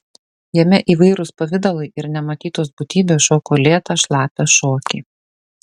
jame įvairūs pavidalai ir nematytos būtybės šoko lėtą šlapią šokį